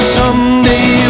someday